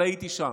אבל הייתי שם,